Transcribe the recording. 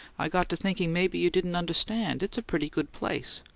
i got to thinking maybe you didn't understand it's a pretty good place.